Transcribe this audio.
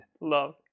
love